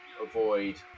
avoid